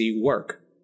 work